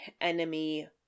enemy